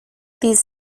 these